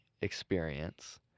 experience